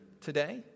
today